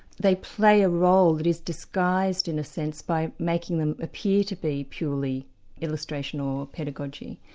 they play a role that is disguised in a sense, by making them appear to be purely illustration or pedagogy.